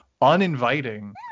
uninviting